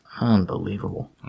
Unbelievable